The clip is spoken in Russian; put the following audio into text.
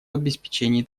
обеспечении